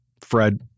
Fred